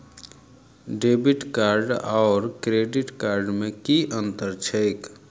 Debit card आओर credit card मे की अन्तर छैक?